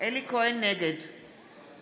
נגד